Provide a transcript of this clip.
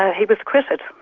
ah he was acquitted.